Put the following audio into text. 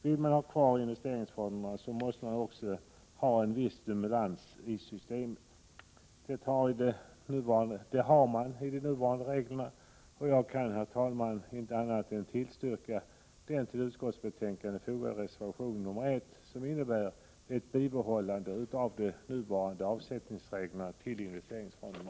Vill man ha kvar investeringsfonderna måste man också ha en viss stimulans i systemet. Det har man i de nuvarande reglerna, och jag kan, herr talman, inte annat än tillstyrka den till utskottsbetänkandet fogade reservationen, som innebär ett bibehållande av nuvarande regler för avsättning till investeringsfonderna.